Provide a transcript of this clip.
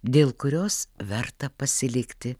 dėl kurios verta pasilikti